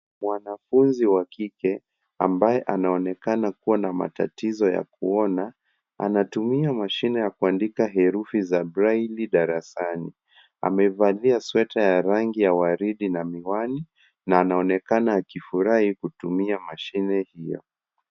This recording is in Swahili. Mwanafunzi wa kike ambaye anaonekana kuwa na matatizo ya kuona, anatumia mashine ya kuandika herufi za braille darasani. Amevalia sweta ya rangi ya waridi na miwani na anaonekana kufurahia kutumia mashine hio.